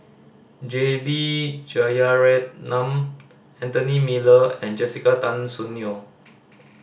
J B Jeyaretnam Anthony Miller and Jessica Tan Soon Neo